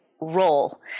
Role